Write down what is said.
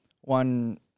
one